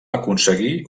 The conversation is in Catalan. aconseguir